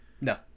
No